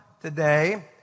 today